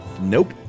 Nope